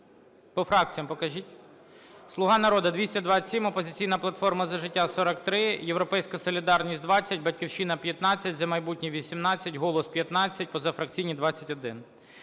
По фракціям покажіть. "Слуга народу" – 227, "Опозиційна платформа - За життя" – 43, "Європейська солідарність" – 20, "Батьківщина" – 15, "За майбутнє" – 18, "Голос" – 15, позафракційні – 21.